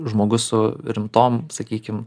žmogus su rimtom sakykim